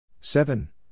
Seven